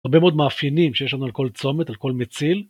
הרבה מאוד מאפיינים שיש לנו על כל צומת על כל מציל.